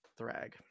Thrag